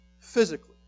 physically